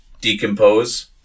decompose